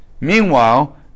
Meanwhile